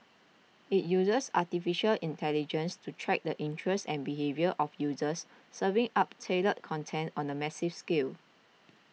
it uses Artificial Intelligence to track the interests and behaviour of users serving up tailored content on a massive scale